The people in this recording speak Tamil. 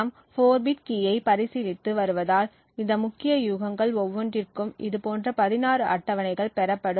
நாம் 4 பிட் கீயை பரிசீலித்து வருவதால் இந்த முக்கிய யூகங்கள் ஒவ்வொன்றிற்கும் இதுபோன்ற 16 அட்டவணைகள் பெறப்படும்